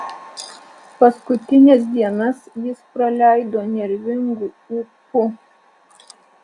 paskutines dienas jis praleido nervingu ūpu